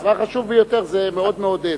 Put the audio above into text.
דבר חשוב ביותר, זה מאוד מעודד.